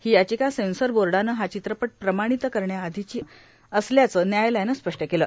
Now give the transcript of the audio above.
ही याचिका सेंसर बोर्डानं हा चित्रपट प्रमाणित करण्याआधीची असल्याचं व्यायालयानं स्पष्ट केलं